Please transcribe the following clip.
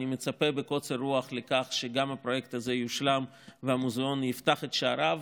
אני מצפה בקוצר רוח לכך שגם הפרויקט הזה יושלם והמוזיאון יפתח את שעריו